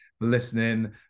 listening